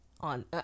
on